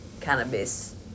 cannabis